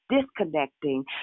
disconnecting